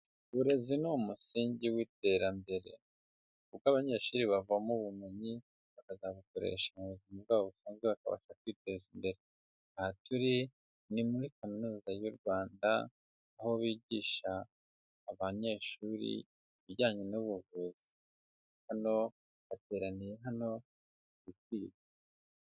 Uburezi ni umusingi w'iterambere, kuko abanyeshuri bavoma ubumenyi bakazabukoresha mu buzima bwabo busanzwe bakabasha kwiteza imbere, aha turi ni muri kaminuza y'u Rwanda, aho bigisha abanyeshuri ibijyanye n'ubuvuzi, hano bateraniye hano mu kwiga.